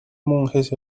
monjes